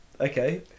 Okay